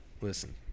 listen